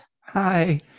hi